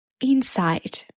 inside